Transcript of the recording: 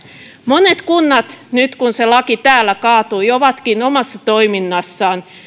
monet kunnat nyt kun se laki täällä kaatui ovatkin omassa toiminnassaan